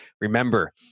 Remember